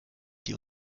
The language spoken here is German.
die